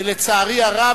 לצערי הרב,